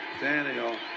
Daniel